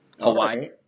Hawaii